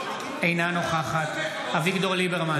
אינה נוכחת אביגדור ליברמן,